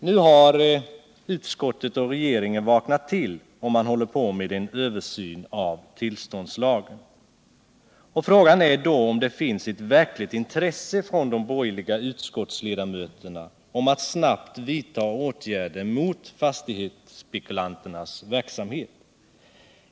| Nu har utskottet och regeringen vaknat, och man håller på med en översyn av tillståndslagen. Frågan är då om det finns ett verkligt intresse från de borgerliga utskottsledamöterna för att snabbt vidta åtgärder mot fastighotsspekulanternas verksamhet.